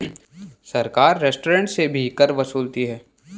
सरकार रेस्टोरेंट से भी कर वसूलती है